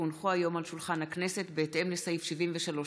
כי הונחו היום על שולחן הכנסת, בהתאם לסעיף 73(א)